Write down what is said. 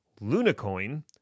LunaCoin